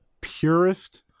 purest